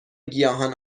گیاهان